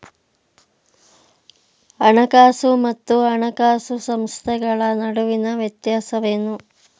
ಹಣಕಾಸು ಮತ್ತು ಹಣಕಾಸು ಸಂಸ್ಥೆಗಳ ನಡುವಿನ ವ್ಯತ್ಯಾಸವೇನು?